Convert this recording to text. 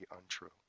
untrue